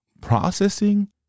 processing